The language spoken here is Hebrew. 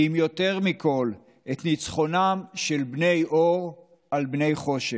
כי אם יותר מכול את ניצחונם של בני אור על בני חושך,